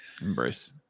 Embrace